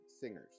singers